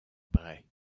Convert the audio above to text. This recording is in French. bray